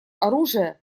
оружия